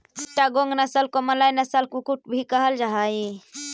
चिटागोंग नस्ल को मलय नस्ल का कुक्कुट भी कहल जा हाई